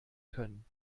können